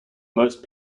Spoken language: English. most